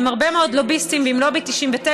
עם הרבה מאוד לוביסטים ועם לובי 99,